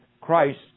Christ